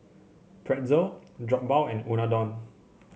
Pretzel Jokbal and Unadon